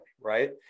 right